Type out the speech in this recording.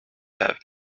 have